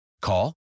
Call